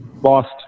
lost